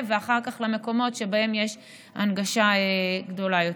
ואחר כך למקומות שבהם יש הנגשה גדולה יותר.